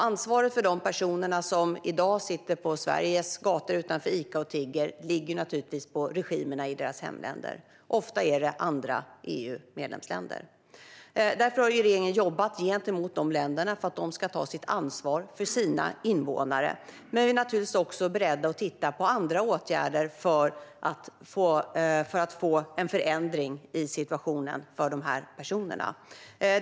Ansvaret för de personer som i dag sitter och tigger på Sveriges gator ligger på regimerna i deras hemländer. Ofta är det andra EU-medlemsländer. Därför har regeringen jobbat gentemot dessa länder för att de ska ta ansvar för sina invånare. Men vi är givetvis också beredda att titta på andra åtgärder för att få en förändring i situationen för dessa personer.